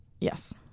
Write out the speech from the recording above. Yes